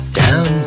down